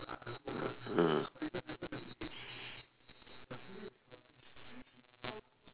ah